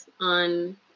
on